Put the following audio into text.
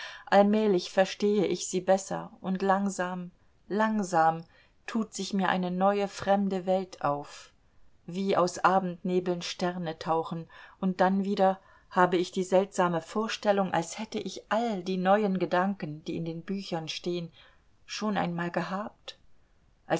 allmählich verstehe ich sie besser und langsam langsam tut sich mir eine neue fremde welt auf wie aus abendnebeln sterne tauchen und dann wieder habe ich die seltsame vorstellung als hätte ich all die neuen gedanken die in den büchern stehen schon einmal gehabt